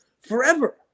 forever